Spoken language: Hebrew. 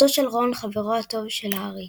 משפחתו של רון, חברו הטוב של הארי.